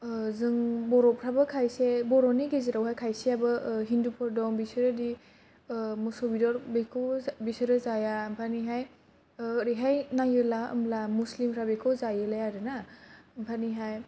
जों बर'फ्राबो खायसे बर'नि गेजेराव खायसे आबो हिन्दुफोर दं बिसोरो दि मोसौ बेदरखौ बिसोरो जाया माने हाय ओरै हाय नायोब्ला ओमब्ला मुस्लिम फ्रा बिखौ जायोलाय आरोना मानेहाय